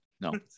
no